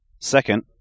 Second